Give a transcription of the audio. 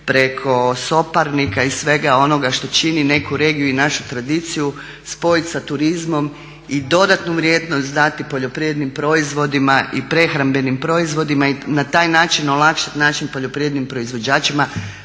preko soparnika i svega onoga što čini neku regiju i našu tradiciju spojiti sa turizmom i dodatnu vrijednost dati poljoprivrednim proizvodima i prehrambenim proizvodima i na taj način olakšati našim poljoprivrednim proizvođačima